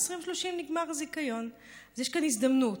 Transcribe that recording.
ב-2030 נגמר הזיכיון, אז יש כאן הזדמנות.